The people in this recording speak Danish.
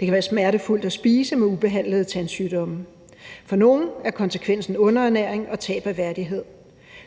Det kan være smertefuldt at spise med ubehandlede tandsygdomme. For nogle er konsekvensen underernæring og tab af værdighed.